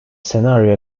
scenario